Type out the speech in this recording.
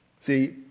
See